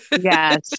yes